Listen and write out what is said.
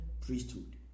priesthood